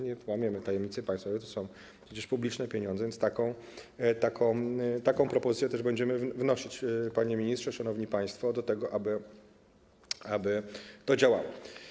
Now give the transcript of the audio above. Nie łamiemy tajemnicy państwowej, to są przecież publiczne pieniądze, więc taką propozycję też będziemy wnosić, panie ministrze, szanowni państwo, po to, aby to działało.